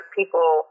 people